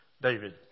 David